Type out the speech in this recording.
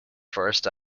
first